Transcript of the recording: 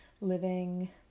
living